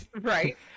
right